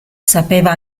sapeva